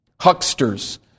Hucksters